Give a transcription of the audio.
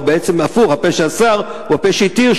או בעצם הפוך: הפה שאסר הוא הפה שהתיר,